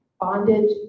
bondage